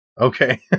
Okay